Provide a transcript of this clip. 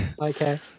Okay